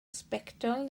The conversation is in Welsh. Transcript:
sbectol